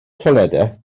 toiledau